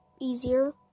easier